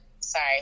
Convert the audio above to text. sorry